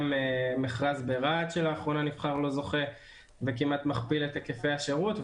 גם מכרז ברהט שלאחרונה נבחר לו זוכה וכמעט מכפיל את היקפי את השירות.